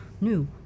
new